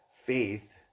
faith